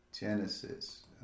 Genesis